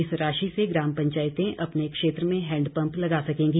इस राशि से ग्राम पंचायतें अपने क्षेत्र में हैंडपम्प लगा सकेंगी